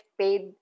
paid